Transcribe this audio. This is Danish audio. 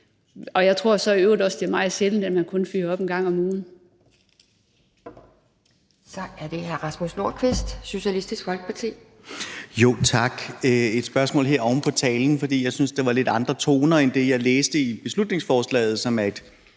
Og jeg tror så i øvrigt også, at det er meget sjældent, at man kun fyrer op en gang om ugen.